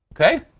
Okay